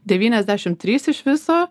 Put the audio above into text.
devyniasdešim trys iš viso